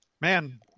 Man